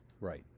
Right